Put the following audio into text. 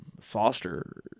foster